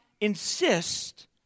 insist